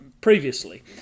previously